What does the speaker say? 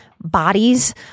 bodies